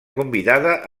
convidada